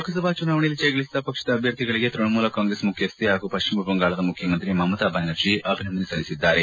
ಲೋಕಸಭಾ ಚುನಾವಣೆಯಲ್ಲಿ ಜಯಗಳಿಸಿದ ಪಕ್ಷದ ಅಭ್ಯರ್ಥಿಗಳಿಗೆ ತೃಣಮೂಲ ಕಾಂಗ್ರೆಸ್ ಮುಖ್ಯಕ್ಕೆ ಹಾಗೂ ಪಶ್ಚಿಮ ಬಂಗಾಳದ ಮುಖ್ಯಮಂತ್ರಿ ಮಮತಾ ಬ್ಯಾನರ್ಜಿ ಅಭಿನಂದನೆ ಸಲ್ಲಿಸಿದ್ದಾರೆ